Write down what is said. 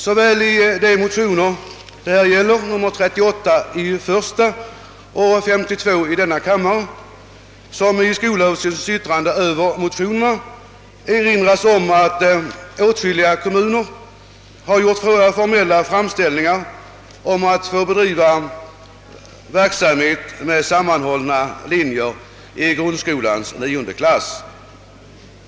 Såväl i de motioner det här gäller, I: 38 och II: 52, som i skolöverstyrelsens yttrande över motionerna erinras om att åtskilliga kommuner har gjort formella framställningar om att få bedriva verksamhet med sammanhållna linjer i grundskolans nionde klass.